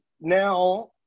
now